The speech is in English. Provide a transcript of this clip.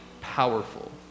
powerful